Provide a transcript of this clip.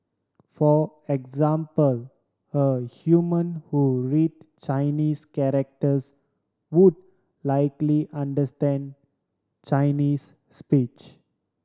for example a human who read Chinese characters would likely understand Chinese speech